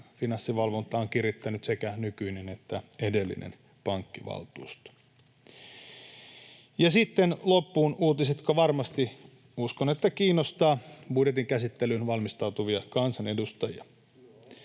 Finanssivalvontaa on kirittänyt sekä nykyinen että edellinen pankkivaltuusto. Ja sitten loppuun uutiset, jotka varmasti, uskon, kiinnostavat budjetin käsittelyyn valmistautuvia kansanedustajia: